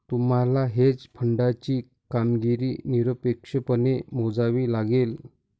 तुम्हाला हेज फंडाची कामगिरी निरपेक्षपणे मोजावी लागेल